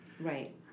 Right